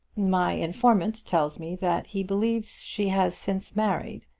my informant tells me that he believes she has since married.